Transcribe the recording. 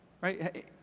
Right